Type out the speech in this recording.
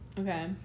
okay